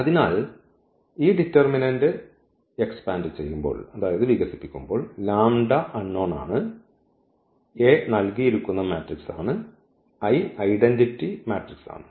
അതിനാൽ ഈ ഡിറ്റർമിനന്റ് വികസിപ്പിക്കുമ്പോൾ അൺനോൺ ആണ് A നൽകിയിരിക്കുന്ന മാട്രിക്സ് ആണ് I ഐഡന്റിറ്റി മാട്രിക്സ് ആണ്